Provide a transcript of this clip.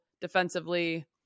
defensively